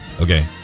Okay